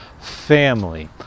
family